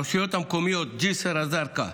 הרשויות המקומיות ג'יסר א-זרקא,